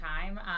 time